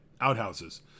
outhouses